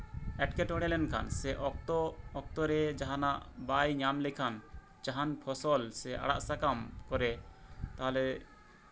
ᱮᱴᱠᱮᱴᱚᱬᱮ ᱞᱮᱱᱠᱷᱟᱱ ᱥᱮ ᱚᱠᱛᱚᱼᱚᱠᱛᱚ ᱨᱮ ᱡᱟᱦᱟᱸᱱᱟᱜ ᱵᱟᱭ ᱧᱟᱢ ᱞᱮᱠᱷᱟᱱ ᱡᱟᱦᱟᱸᱱ ᱯᱷᱚᱥᱚᱞ ᱥᱮ ᱟᱲᱟᱜ ᱥᱟᱠᱟᱢ ᱠᱚᱨᱮ ᱛᱟᱦᱞᱮ